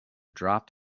dropped